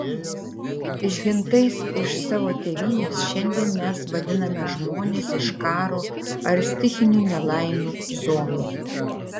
išgintais iš savo tėvynės šiandien mes vadiname žmones iš karo ar stichinių nelaimių zonų